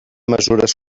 mesures